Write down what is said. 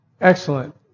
excellent